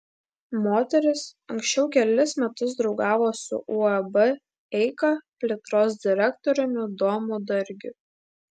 moteris anksčiau kelis metus draugavo su uab eika plėtros direktoriumi domu dargiu